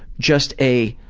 just a,